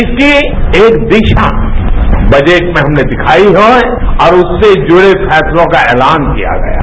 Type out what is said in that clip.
इसकी एक दिशा बजट में हमनें दिखाई है और उससे जुड़े फैसलों का ऐलान किया गया है